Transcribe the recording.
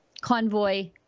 convoy